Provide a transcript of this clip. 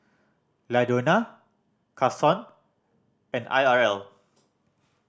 Ladonna Kason and I R L